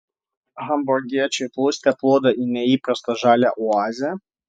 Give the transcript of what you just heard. hamburgiečiai plūste plūdo į neįprastą žalią oazę